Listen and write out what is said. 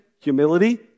humility